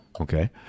Okay